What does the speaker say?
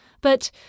But